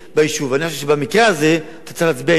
אני חושב שבמקרה הזה אתה צריך להצביע אמון בממשלה.